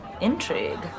intrigue